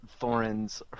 Thorin's